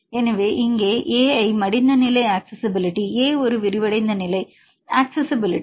எனவே இங்கே Ai மடிந்த நிலை அக்சஸிஸிபிலிட்டி A ஒரு விரிவடைந்த நிலை அக்சஸிஸிபிலிட்டி